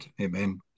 Amen